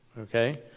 okay